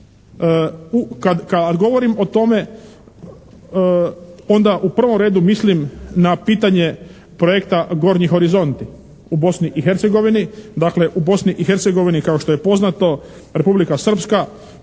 Kad govorim o tome onda u prvom redu mislim na pitanje projekta "Gornji horizonti" u Bosni i Hercegovini. Dakle, u Bosni i Hercegovini kao što je poznato Republika Srpska